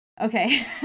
okay